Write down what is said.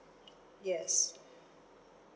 yes